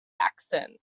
accent